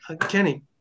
Kenny